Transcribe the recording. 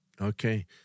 Okay